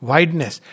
Wideness